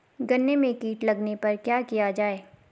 गन्ने में कीट लगने पर क्या किया जाये?